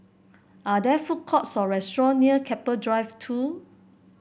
are there food courts or restaurants near Keppel Drive Two